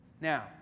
Now